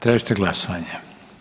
Tražite glasovanje?